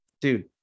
dude